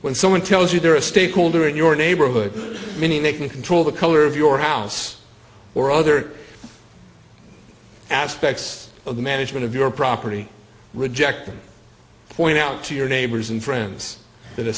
when someone tells you they're a stakeholder in your neighborhood many may can control the color of your house or other aspects of the management of your property reject point out to your neighbors and friends that a